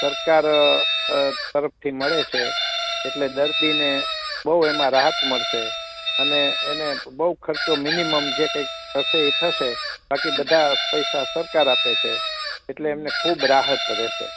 સરકાર તરફથી મળે છે એટલે દર્દીને બુ એમાં રાહત મળશે અને એને બુ ખર્ચો મિનિમમ જે કઈ થશે એ થષ બાકી બધા પૈસા સરકાર આપે છે એટલે એમને ખૂબ રાહત રહેશે